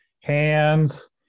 hands